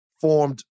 formed